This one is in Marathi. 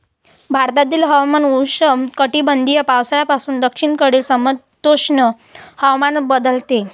भारतातील हवामान उष्णकटिबंधीय पावसाळ्यापासून दक्षिणेकडील समशीतोष्ण हवामानात बदलते